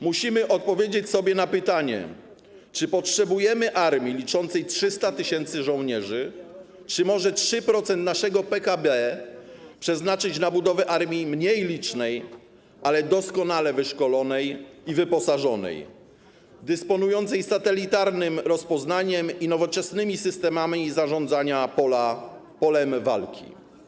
Musimy odpowiedzieć sobie na pytanie, czy potrzebujemy armii liczącej 300 tys. żołnierzy, czy może 3% naszego PKB przeznaczyć na budowę armii mniej licznej, ale doskonale wyszkolonej i wyposażonej, dysponującej satelitarnym rozpoznaniem i nowoczesnymi systemami zarządzania polem walki.